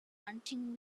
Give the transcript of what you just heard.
hunting